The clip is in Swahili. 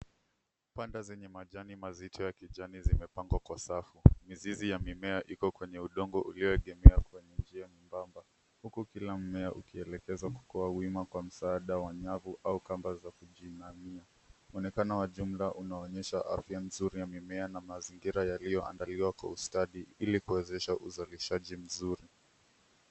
Panda zenye majani mazito ya kijani zimepangwa kwa safu, mizizi ya mimea iko kwenye udongo ulioegemea kwenye njia nyembamba huku kila mmea ukielekezwa mkuu wa wima kwa msaada wa nyavu au kamba za kujiinamia , muonekano wa jumla unaonyesha ardhi mzuri ya mimea na mazingira yaliyoandaliwa kwa ustadi ili kuwezesha uzalishaji mzuri.